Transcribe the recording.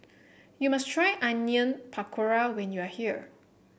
you must try Onion Pakora when you are here